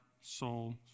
soul